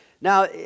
Now